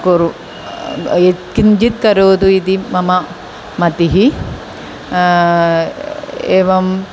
कुर्युः यत् किञ्चित् करोतु इति मम मतिः एवम्